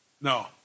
No